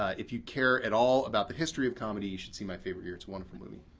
if you care at all about the history of comedy you should see my favorite year. it's a wonderful movie.